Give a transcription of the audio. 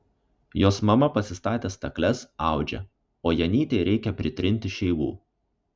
jos mama pasistatė stakles audžia o janytei reikia pritrinti šeivų